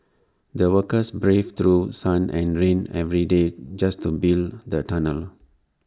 the workers braved through sun and rain every day just to build the tunnel